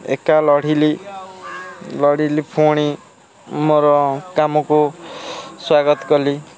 ଏକା ଲଢ଼ିଲି ଲଢ଼ିଲି ପୁଣି ମୋର କାମକୁ ସ୍ୱାଗତ କଲି